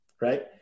Right